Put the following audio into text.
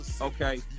Okay